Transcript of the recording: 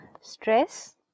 stress